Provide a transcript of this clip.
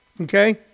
okay